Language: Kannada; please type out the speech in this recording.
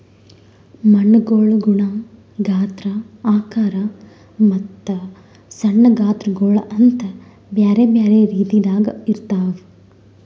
ಮಣ್ಣುಗೊಳ್ ಗುಣ, ಗಾತ್ರ, ಆಕಾರ ಮತ್ತ ಸಣ್ಣ ಗಾತ್ರಗೊಳ್ ಅಂತ್ ಬ್ಯಾರೆ ಬ್ಯಾರೆ ರೀತಿದಾಗ್ ಇರ್ತಾವ್